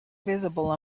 visible